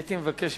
הייתי מבקש,